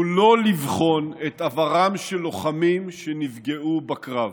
הוא לא לבחון את עברם של לוחמים שנפגעו בקרב.